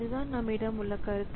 அதுதான் நம்மிடம் உள்ள கருத்து